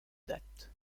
date